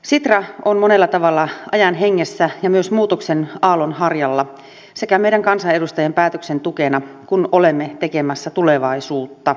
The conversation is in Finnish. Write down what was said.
sitra on monella tavalla ajan hengessä ja myös muutoksen aallonharjalla sekä meidän kansanedustajien päätöksien tukena kun olemme tekemässä tulevaisuutta